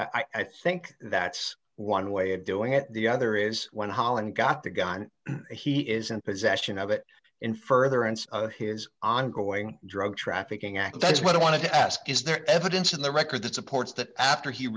i think that's one way of doing it the other is when holland got the gun he is in possession of it in furtherance of his ongoing drug trafficking act that's what i want to ask is there evidence in the record that supports that after he